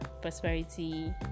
prosperity